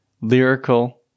lyrical